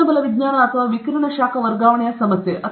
ಉಷ್ಣಬಲ ವಿಜ್ಞಾನ ಅಥವಾ ವಿಕಿರಣ ಶಾಖ ವರ್ಗಾವಣೆಯ ಸಮಸ್ಯೆ